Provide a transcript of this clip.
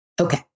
Okay